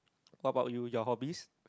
what about you your hobbies